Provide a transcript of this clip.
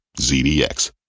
ZDX